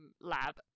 lab